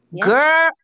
Girl